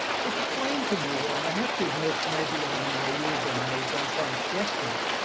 explain to me, and i have to admit, maybe i'm naive and i don't quite get this,